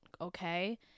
okay